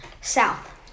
South